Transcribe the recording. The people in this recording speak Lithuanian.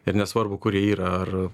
ir nesvarbu kur jie yra ar